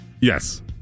Yes